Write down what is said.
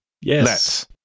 yes